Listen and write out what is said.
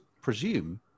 presume